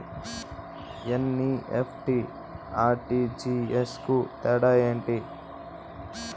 NEFT, RTGS కు తేడా ఏంటి?